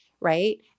right